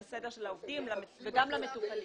לסדר של העובדים וגם למטופלים.